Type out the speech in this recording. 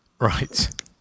Right